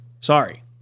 sorry